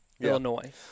illinois